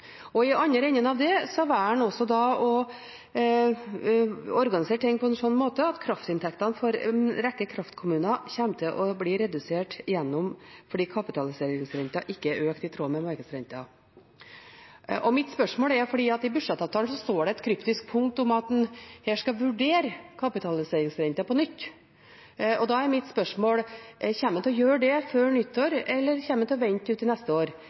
I den andre enden velger en også å organisere ting på en slik måte at kraftinntektene til en rekke kraftkommuner kommer til å bli redusert fordi kapitaliseringsrenta ikke er økt i tråd med markedsrenta. I budsjettavtalen er det et kryptisk punkt om at en skal vurdere kapitaliseringsrenta på nytt, og da er mitt spørsmål: Kommer en til å gjøre det før nyttår, eller kommer en til å vente til neste år?